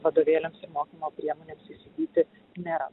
vadovėliams ir mokymo priemonėms įsigyti nėra